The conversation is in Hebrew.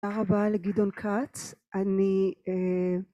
תודה רבה לגדעון כץ, אני